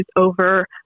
over